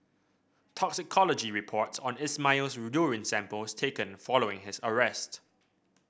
toxicology reports on Ismail's urine samples taken following his arrest